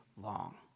long